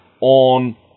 on